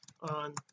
on